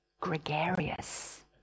gregarious